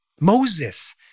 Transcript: Moses